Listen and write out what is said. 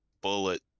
bullet